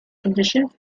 conditions